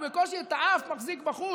הוא בקושי את האף מחזיק בחוץ,